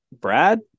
Brad